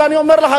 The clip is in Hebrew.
אבל אני אומר לך,